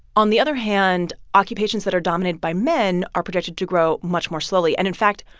on the other hand, occupations that are dominated by men are projected to grow much more slowly. and, in fact,